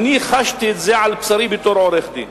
אני חשתי את זה על בשרי בתור עורך-דין.